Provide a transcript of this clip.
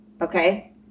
Okay